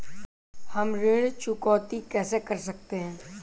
हम ऋण चुकौती कैसे कर सकते हैं?